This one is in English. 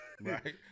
Right